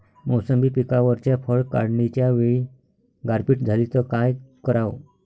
मोसंबी पिकावरच्या फळं काढनीच्या वेळी गारपीट झाली त काय कराव?